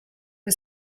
the